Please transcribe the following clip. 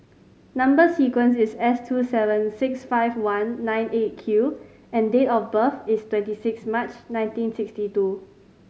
number sequence is S two seven six five one nine Eight Q and date of birth is twenty six March nineteen sixty two